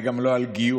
זה גם לא על גיור,